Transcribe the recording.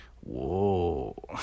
Whoa